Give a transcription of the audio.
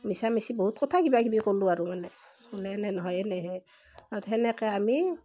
মিছা মিছি বহুত কথা কিবা কিবি ক'ল্লু আৰু মানে বুলে এনে নহয় এনেহে তাৰপাছত তেনেকে আমি